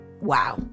Wow